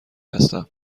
هستم